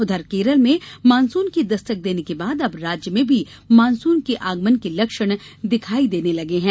उधर केरल में मानसून के दस्तक देने के बाद अब राज्य में भी मानसून के आगमन के लक्षण दिखाई देने लगे हैं